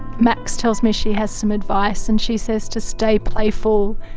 max tells me she has some advice, and she says to stay playful,